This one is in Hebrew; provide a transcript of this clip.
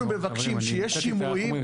אנחנו מבקשים שיהיו שימועים,